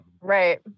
Right